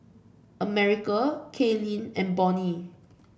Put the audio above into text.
America Kailyn and Bonnie